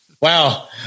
Wow